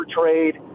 trade